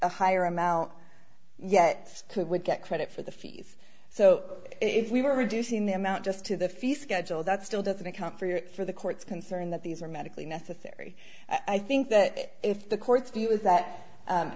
a higher amount yet who would get credit for the fees so if we were reducing the amount just to the few schedule that still doesn't account for your for the courts concern that these are medically necessary i think that if the court's view is that